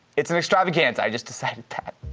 it's an extravaganza, i just decided that.